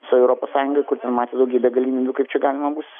visoj europos sąjungoj kur ten matė daugybę galimybių kaip čia galima bus